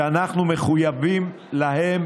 שאנחנו מחויבים להם